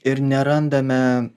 ir nerandame